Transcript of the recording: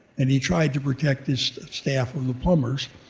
and he tried to protect his staff from the plumbers,